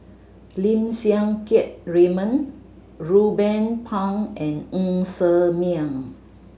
Lim Siang Keat Raymond Ruben Pang and Ng Ser Miang